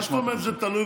מה זאת אומרת זה תלוי?